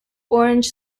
orange